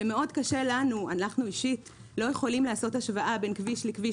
שאנחנו אישית לא יכולים לעשות השוואה בין כביש לכביש